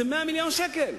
זה 100 מיליון שקלים.